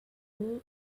logo